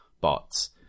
bots